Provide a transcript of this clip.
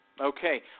Okay